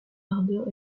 ardeur